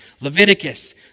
Leviticus